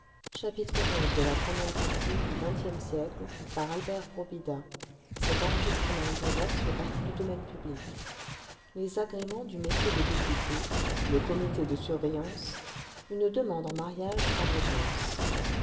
les agréments du métier de député le comité de surveillance une demande en mariage à l'audience